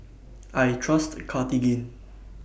I Trust Cartigain